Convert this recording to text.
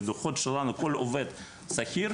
בדוחות שלנו כל עובד שכיר,